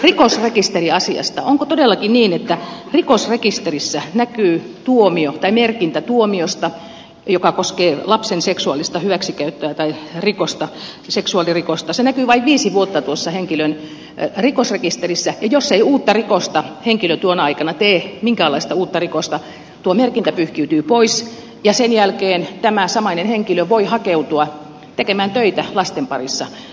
onko todellakin niin että kun rikosrekisterissä näkyy tuomio tai merkintä tuomiosta joka koskee lapsen seksuaalista hyväksikäyttöä tai rikosta seksuaalirikosta se näkyy vain viisi vuotta tuossa henkilön rikosrekisterissä ja jos ei henkilö tuona aikana tee minkäänlaista uutta rikosta tuo merkintä pyyhkiytyy pois ja sen jälkeen tämä samainen henkilö voi hakeutua tekemään töitä lasten parissa